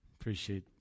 appreciate